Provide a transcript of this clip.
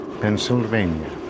Pennsylvania